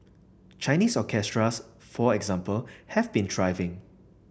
Chinese orchestras for example have been thriving